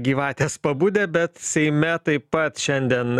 gyvatės pabudę bet seime taip pat šiandien